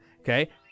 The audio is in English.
Okay